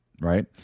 right